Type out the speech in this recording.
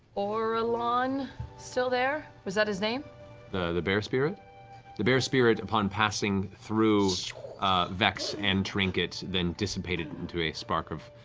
oralan still there? is that his name? matt the bear spirit? the bear spirit, upon passing through vex and trinket, then dissipated into a spark of